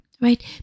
right